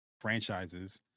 franchises